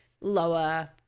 lower